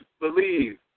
believe